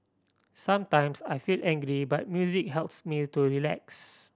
sometimes I feel angry but music helps me to relax